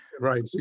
Right